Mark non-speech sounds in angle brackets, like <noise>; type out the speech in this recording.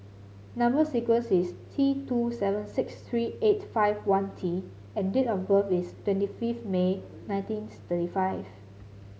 number sequence is T two seven six three eight five one T and date of birth is twenty fifth May nineteen <unintelligible> thirty five